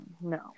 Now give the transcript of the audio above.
No